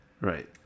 Right